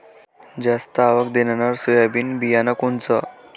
जास्त आवक देणनरं सोयाबीन बियानं कोनचं?